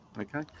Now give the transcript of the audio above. okay